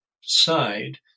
side